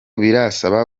birasaba